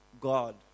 God